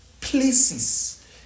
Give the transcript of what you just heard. places